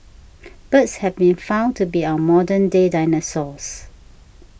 birds have been found to be our modern day dinosaurs